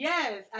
Yes